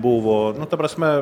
buvo nu ta prasme